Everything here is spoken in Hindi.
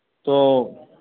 तो